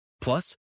Plus